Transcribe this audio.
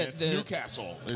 Newcastle